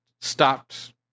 stopped